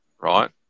right